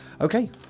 Okay